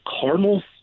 Cardinals